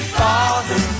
father